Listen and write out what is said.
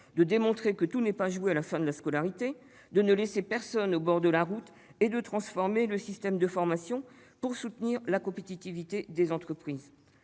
de démontrer que tout n'est pas joué à la fin de la scolarité, de ne laisser personne au bord de la route et de transformer le système de formation pour soutenir la compétitivité des entreprises